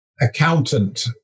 accountant